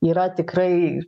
yra tikrai